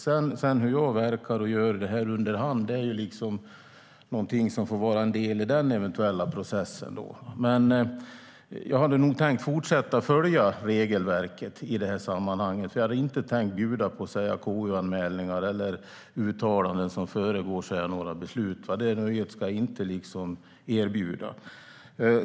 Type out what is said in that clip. Hur jag sedan verkar och gör under hand får vara en del av den eventuella processen. Jag har nog tänkt fortsätta att följa regelverket i detta sammanhang, för jag tänker inte bjuda på KU-anmälningar eller uttalanden som föregår några beslut. Det nöjet ska jag inte erbjuda.